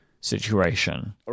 situation